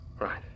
Right